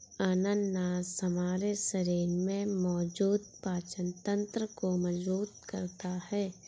अनानास हमारे शरीर में मौजूद पाचन तंत्र को मजबूत करता है